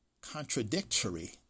contradictory